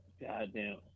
Goddamn